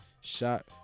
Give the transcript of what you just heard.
shot